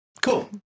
Cool